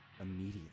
immediate